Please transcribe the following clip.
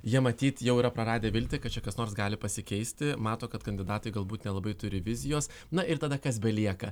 jie matyt jau yra praradę viltį kad čia kas nors gali pasikeisti mato kad kandidatai galbūt nelabai turi vizijos na ir tada kas belieka